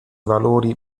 valori